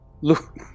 look